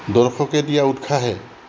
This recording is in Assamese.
দৰ্শকে দিয়া উৎসাহে